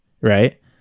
right